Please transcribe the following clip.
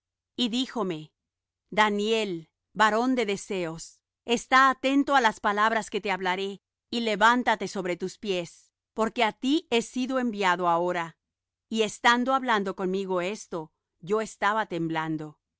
y díjome daniel varón de deseos está atento á las palabras que te hablaré y levántate sobre tus pies porque á ti he sido enviado ahora y estando hablando conmigo esto yo estaba temblando